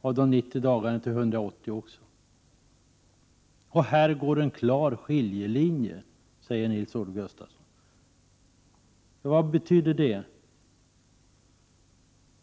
från 90 dagar till 180. Här går en klar skiljelinje, säger Nils-Olof Gustafsson. Vad betyder det?